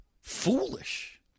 foolish